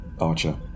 Archer